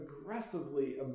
aggressively